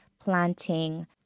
planting